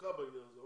ארוכה בעניין הזה.